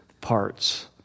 parts